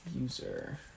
user